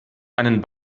einen